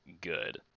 good